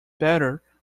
better